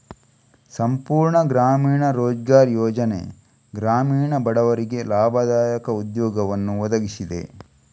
ಸಂಪೂರ್ಣ ಗ್ರಾಮೀಣ ರೋಜ್ಗಾರ್ ಯೋಜನೆ ಗ್ರಾಮೀಣ ಬಡವರಿಗೆ ಲಾಭದಾಯಕ ಉದ್ಯೋಗವನ್ನು ಒದಗಿಸಿದೆ